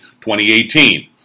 2018